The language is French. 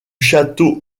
château